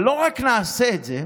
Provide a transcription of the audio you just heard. אבל לא רק נעשה את זה,